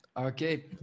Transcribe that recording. okay